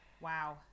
Wow